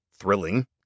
thrilling